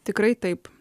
tikrai taip